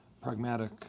pragmatic